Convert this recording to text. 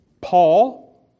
Paul